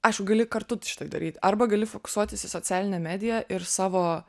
aišku gali kartu šitai daryt arba gali fokusuotis į socialinę mediją ir savo